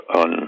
on